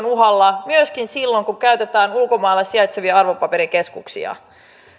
uhalla myöskin silloin kun käytetään ulkomailla sijaitsevia arvopaperikeskuksia